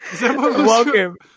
welcome